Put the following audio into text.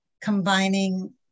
combining